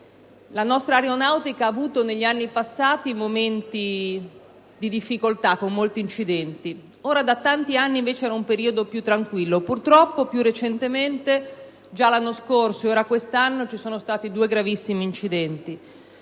La nostra Aeronautica ha avuto negli anni passati momenti di difficoltà, con numerosi incidenti. Da molti anni si viveva invece un periodo più tranquillo; purtroppo più recentemente - già l'anno scorso e poi quest'anno - ci sono stati due gravissimi incidenti.